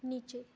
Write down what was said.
नीचे